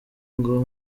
ngo